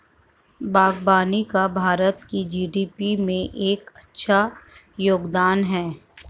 बागवानी का भारत की जी.डी.पी में एक अच्छा योगदान है